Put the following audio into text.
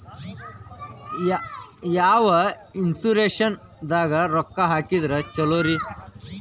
ಯಾವ ಇನ್ಶೂರೆನ್ಸ್ ದಾಗ ರೊಕ್ಕ ಹಾಕಿದ್ರ ಛಲೋರಿ?